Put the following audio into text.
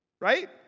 Right